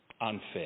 Unfair